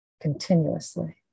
continuously